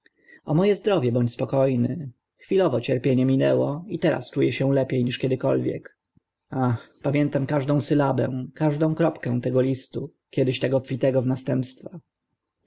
o mo e zdrowie bądź spoko ny chwilowe cierpienie minęło i teraz czu ę się lepie niżeli kiedykolwiek ach pamiętam każdą sylabę każdą kropkę tego listu kiedyś tak obfitego w następstwa